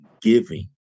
giving